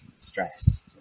stress